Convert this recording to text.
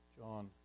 John